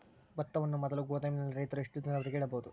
ಭತ್ತವನ್ನು ಮೊದಲು ಗೋದಾಮಿನಲ್ಲಿ ರೈತರು ಎಷ್ಟು ದಿನದವರೆಗೆ ಇಡಬಹುದು?